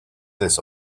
this